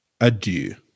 adieu